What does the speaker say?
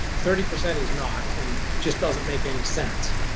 thirty percent is not and just doesn't make any sense.